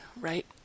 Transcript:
right